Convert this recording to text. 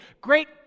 great